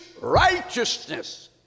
righteousness